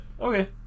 Okay